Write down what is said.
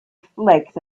flakes